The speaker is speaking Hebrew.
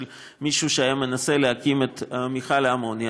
של מישהו שהיה מנסה להקים את מכל האמוניה.